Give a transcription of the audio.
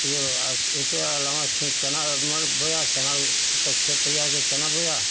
यह आप इसके अलावा फिर चना मर बोया चना का खेत तैयार कर के चना बोया